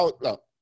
look